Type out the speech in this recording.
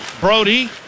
Brody